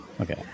Okay